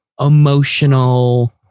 emotional